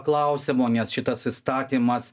klausimo nes šitas įstatymas